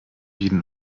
jeden